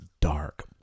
dark